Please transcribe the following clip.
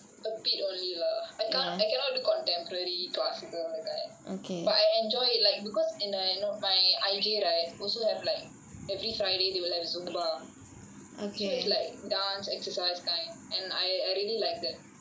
a bit only lah I can't I cannot do contemporary classical that kind but I enjoy it like because and I know my I_J right also have like every friday they will like zumba so it is like dance exercise kind and I really really like that